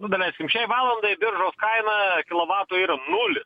nu daleiskim šiai valandai biržos kaina kilovatui yra nulis